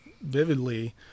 vividly